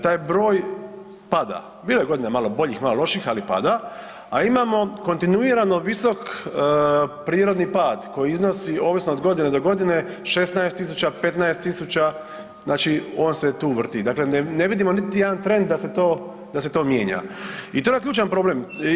Taj broj pada, bilo je godina malo boljih, malo loših ali pada, a imamo kontinuirano visok prirodni pad koji iznosi ovisno od godine do godine 16.000, 15.000 znači on se tu vrti, dakle ne vidimo niti jedan trend da se to mijenja i to je onaj ključni problem.